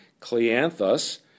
Cleanthus